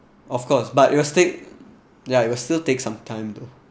of course but it will stay ya it will still take some time to